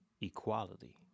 equality